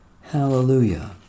Hallelujah